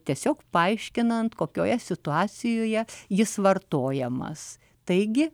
tiesiog paaiškinant kokioje situacijoje jis vartojamas taigi